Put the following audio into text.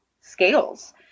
scales